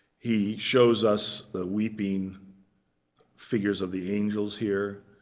he shows us the weeping figures of the angels here,